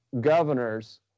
governors